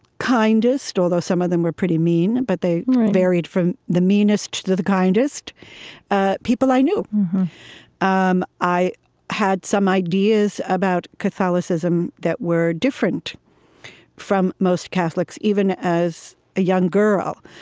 kindest although some of them were pretty mean but they varied from the meanest to the kindest ah people i knew um i had some ideas about catholicism that were different from most catholics even as a young girl.